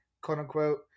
quote-unquote